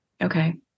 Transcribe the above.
okay